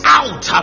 out